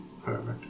Perfect